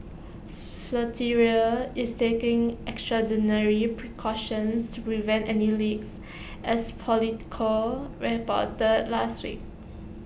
flatiron is taking extraordinary precautions to prevent any leaks as Politico reported last week